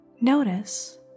notice